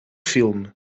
filme